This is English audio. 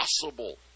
possible